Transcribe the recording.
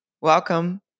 welcome